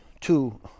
two